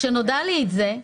כשנודע לי על זה,